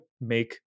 make